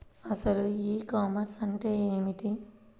అసలు e-commerce అంటే ఏమిటి?